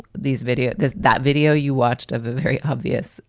these video, there's that video you watched of the very obvious